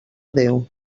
déu